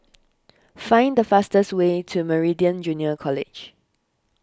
find the fastest way to Meridian Junior College